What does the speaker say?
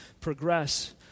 progress